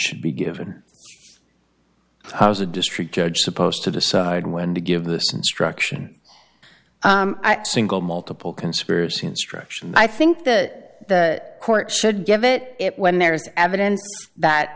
should be given how is the district judge supposed to decide when to give this and struction single multiple conspiracy instruction i think that the court should give it it when there's evidence that